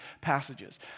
passages